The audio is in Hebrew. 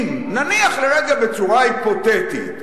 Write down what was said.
אם נניח לרגע בצורה היפותטית,